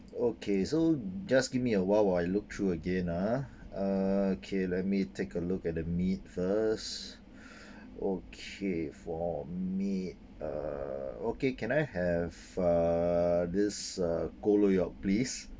okay so just give me a while while I look through again ah uh okay let me take a look at the meat first okay for meat uh okay can I have uh this uh gou-lou-yok please